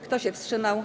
Kto się wstrzymał?